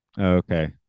Okay